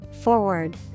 Forward